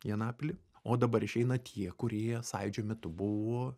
į anapilį o dabar išeina tie kurie sąjūdžio metu buvo